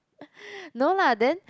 no lah then